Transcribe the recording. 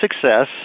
success